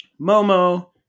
Momo